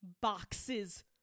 boxes